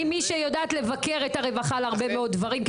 אני מי שיודעת לבקר את הרווחה על הרבה מאוד דברים,